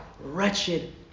wretched